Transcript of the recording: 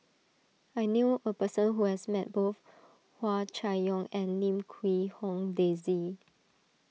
I knew a person who has met both Hua Chai Yong and Lim Quee Hong Daisy